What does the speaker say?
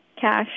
cash